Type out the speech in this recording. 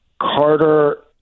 Carter